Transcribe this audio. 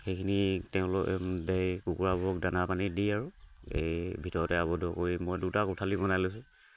সেইখিনি তেওঁলোক কুকুৰাবোৰক দানা পানী দি আৰু এই ভিতৰতে আৱদ্ধ কৰি মই দুটা কোঠালি বনাই লৈছোঁ